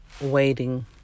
waiting